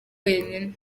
wenyine